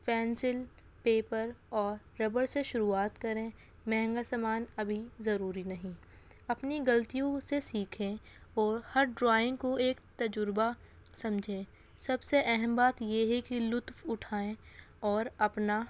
pencil paper اور rubber سے شروعات کریں مہنگا سامان ابھی ضروری نہیں اپنی غلطیوں سے سیکھیں اور ہر ڈرائنگ کو ایک تجربہ سمجھیں سب سے اہم بات یہ ہے کہ لطف اٹھائیں اور اپنا